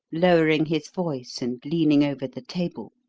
lowering his voice and leaning over the table,